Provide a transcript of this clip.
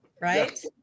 right